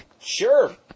sure